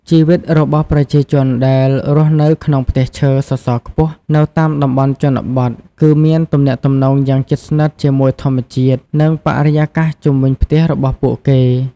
ជីវិតរបស់ប្រជាជនដែលរស់នៅក្នុងផ្ទះឈើសសរខ្ពស់នៅតាមតំបន់ជនបទ គឺមានទំនាក់ទំនងយ៉ាងជិតស្និទ្ធជាមួយធម្មជាតិ និងបរិយាកាសជុំវិញផ្ទះរបស់ពួកគេ ។